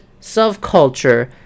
subculture